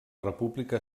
república